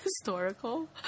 historical